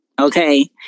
Okay